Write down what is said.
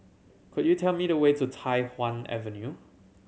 could you tell me the way to Tai Hwan Avenue